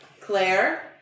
Claire